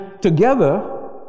together